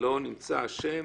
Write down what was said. לא נמצא אשם,